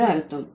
என்று அர்த்தம்